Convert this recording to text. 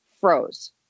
froze